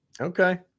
Okay